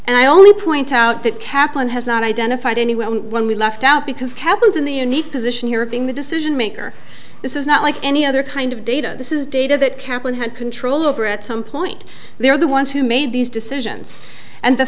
and i only point out that kaplan has not identified anywhere when we left out because kevin's in the unique position here of being the decision maker this is not like any other kind of data this is data that kaplan had control over at some point they were the ones who made these decisions and the